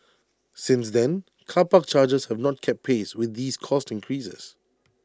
since then car park charges have not kept pace with these cost increases